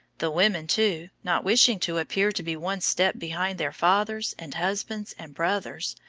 the women, too, not wishing to appear to be one step behind their fathers, and husbands, and brothers,